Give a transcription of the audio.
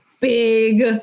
big